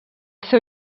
seu